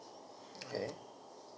okay